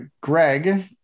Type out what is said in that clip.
Greg